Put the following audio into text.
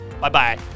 Bye-bye